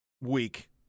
weak